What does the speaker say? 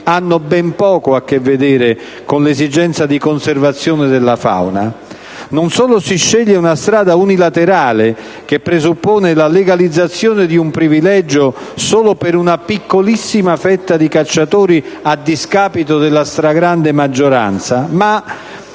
hanno a che vedere con l'esigenza di conservazione della fauna; non solo si sceglie una strada unilaterale che presuppone la legalizzazione di un privilegio solo per una piccolissima fetta di cacciatori a discapito della stragrande maggioranza, ma